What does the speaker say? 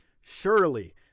Surely